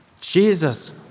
Jesus